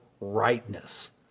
rightness